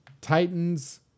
Titans